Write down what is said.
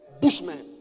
bushman